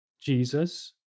Jesus